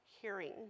hearing